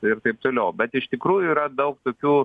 ir taip toliau bet iš tikrųjų yra daug tokių